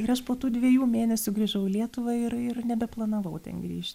ir aš po tų dviejų mėnesių grįžau į lietuvą ir ir nebeplanavau ten grįžt